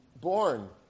born